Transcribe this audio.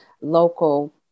local